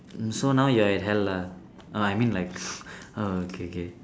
so now you are at hell lah uh I mean like oh K K